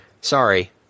Sorry